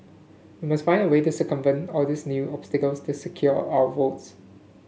we must find a way to circumvent all these new obstacles this secure are our votes